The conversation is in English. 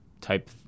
type